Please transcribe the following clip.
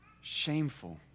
shameful